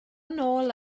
nôl